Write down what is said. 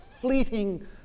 fleeting